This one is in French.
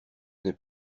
n’est